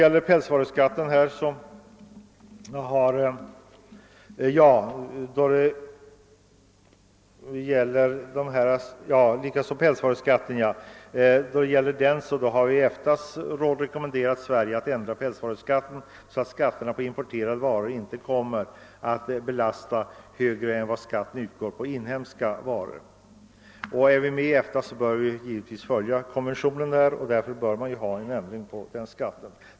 I fråga om pälsvaruskatten har ju EFTA:s råd rekommenderat Sverige att ändra den, så att skatterna på importerade varor inte kommer att belasta mer än skatten på inhemska varor. Eftersom vi är med i EFTA, bör vi givetvis följa rekommendationen på den punkten, och därför bör man ändra på den skatten.